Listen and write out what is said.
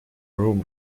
room